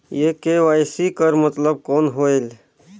ये के.वाई.सी कर मतलब कौन होएल?